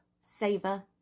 savor